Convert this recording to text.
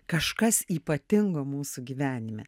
kažkas ypatingo mūsų gyvenime